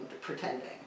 pretending